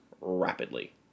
rapidly